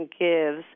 gives